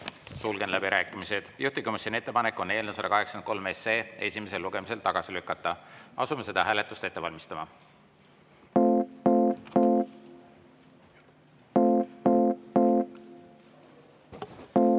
Sulgen läbirääkimised. Juhtivkomisjoni ettepanek on eelnõu 183 esimesel lugemisel tagasi lükata. Asume seda hääletust ette valmistama. Head